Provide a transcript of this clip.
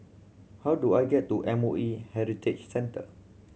how do I get to M O E Heritage Centre